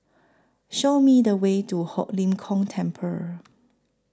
Show Me The Way to Ho Lim Kong Temple